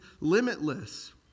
limitless